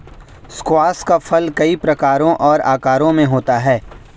squash का फल कई प्रकारों और आकारों में होता है